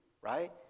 right